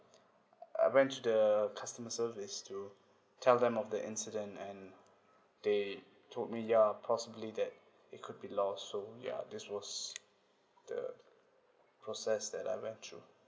I went to the customer service to tell them of the incident and they told me ya possibly that it could be lost so ya this was the process that I went through